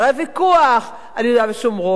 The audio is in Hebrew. הרי הוויכוח על יהודה ושומרון,